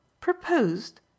Proposed